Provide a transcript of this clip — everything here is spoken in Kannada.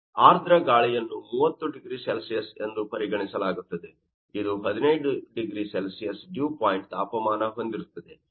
ಆರ್ದ್ರ ಗಾಳಿಯನ್ನು 30 ಡಿಗ್ರಿ ಸೆಲ್ಸಿಯಸ್ ಎಂದು ಪರಿಗಣಿಸಲಾಗುತ್ತದೆ ಇದು 15 ಡಿಗ್ರಿ ಸೆಲ್ಸಿಯಸ್ ಡಿವ್ ಪಾಯಿಂಟ್ ತಾಪಮಾನ ಹೊಂದಿರುತ್ತದೆ